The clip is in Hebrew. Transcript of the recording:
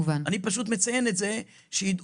אני פשוט מציין שידעו,